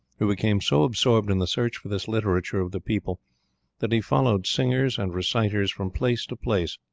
who became so absorbed in the search for this literature of the people that he followed singers and reciters from place to place,